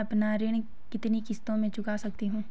मैं अपना ऋण कितनी किश्तों में चुका सकती हूँ?